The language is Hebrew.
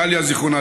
גליה ז"ל,